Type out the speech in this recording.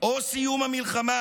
או סיום המלחמה.